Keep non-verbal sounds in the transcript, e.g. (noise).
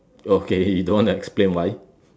okay you don't want to explain why (laughs)